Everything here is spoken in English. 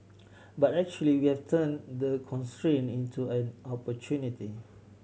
but actually we have turned the constraint into an opportunity